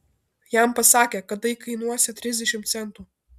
jam pasakė kad tai kainuosią trisdešimt centų